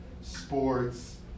sports